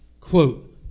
quote